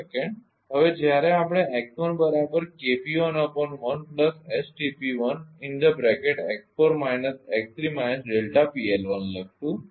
હવે જ્યારે આપણે લખીશું